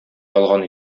ялган